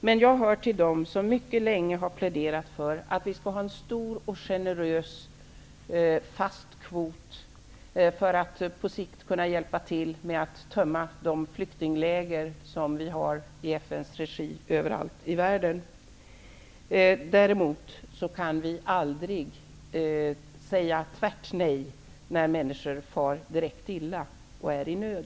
Men jag hör till dem som mycket länge har pläderat för att vi skall ha en stor och generös fast kvot för att på sikt kunna hjälpa till med att tömma de flyktingläger som vi har i FN:s regi överallt i världen. Däremot kan vi aldrig säga tvärt nej när människor far direkt illa och är i nöd.